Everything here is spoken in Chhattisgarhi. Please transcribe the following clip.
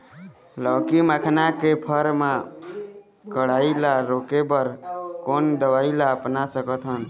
लाउकी मखना के फर मा कढ़ाई ला रोके बर कोन दवई ला अपना सकथन?